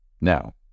Now